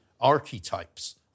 Archetypes